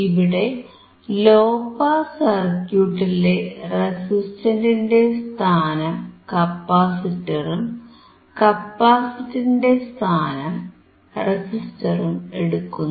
ഇവിടെ low pass സർക്യൂട്ടിലെ റെസിസ്റ്ററിന്റെ സ്ഥാനം കപ്പാസിറ്ററും കപ്പാസിറ്ററിന്റെ സ്ഥാനം റെസിസ്റ്ററും എടുക്കുന്നു